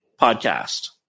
podcast